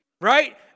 right